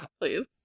please